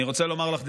אני רוצה לומר לך,